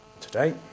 today